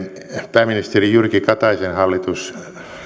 pääministeri jyrki kataisen hallitus